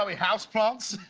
um house plants?